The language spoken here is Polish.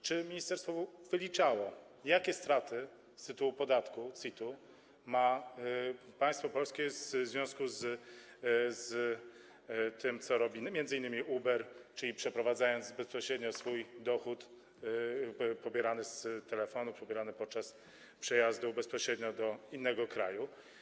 Czy ministerstwo wyliczało, jakie straty z tytułu podatku CIT ma państwo polskie w związku z tym, co robi m.in. Uber, przekazując bezpośrednio swój dochód pobierany za pomocą telefonu, pobierany podczas przejazdu, bezpośrednio do innego kraju?